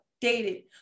dated